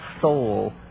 soul